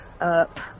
up